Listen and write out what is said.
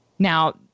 Now